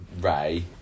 Ray